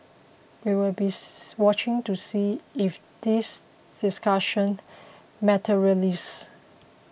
we'll be watching to see if this discussion materialises